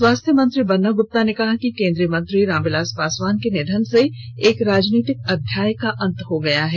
स्वास्थ्य मंत्री बन्ना गुप्ता ने कहा कि केंद्रीय मंत्री रामविलास पासवान के निधन से एक राजनीतिक अध्याय का अंत हो गया हैं